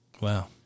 Wow